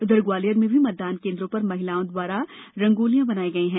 उधर ग्वालियर में भी मतदानकेन्द्रों पर महिलाओं द्वारा आकर्षक रंगोलियां बनाई गई हैं